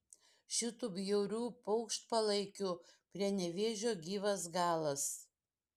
šitų bjaurių paukštpalaikių prie nevėžio gyvas galas